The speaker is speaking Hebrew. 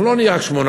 אנחנו לא נהיה רק 18,